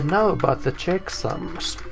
now about the checksums.